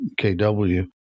KW